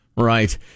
Right